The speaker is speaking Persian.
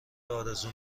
آرزو